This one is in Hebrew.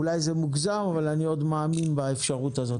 אולי זה מוגזם אבל אני עוד מאמין באפשרות הזאת.